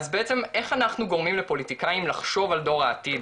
אז בעצם איך אנחנו גורמים לפוליטיקאים לחשוב על דור העתיד